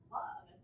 love